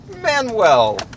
Manuel